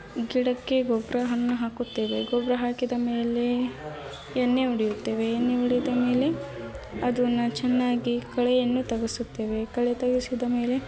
ಗಿಡಕ್ಕೆ ಗೊಬ್ರವನ್ನು ಹಾಕುತ್ತೇವೆ ಗೊಬ್ಬರ ಹಾಕಿದ ಮೇಲೆ ಎಣ್ಣೆ ಹೊಡೆಯುತ್ತೇವೆ ಎಣ್ಣೆ ಹೊಡೆದ ಮೇಲೆ ಅದನ್ನು ಚೆನ್ನಾಗಿ ಕಳೆಯನ್ನು ತೆಗೆಸುತ್ತೇವೆ ಕಳೆ ತೆಗೆಸಿದ ಮೇಲೆ